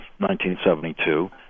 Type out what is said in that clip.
1972